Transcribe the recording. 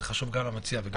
זה חשוב גם למציע וגם לוועדה.